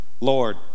Lord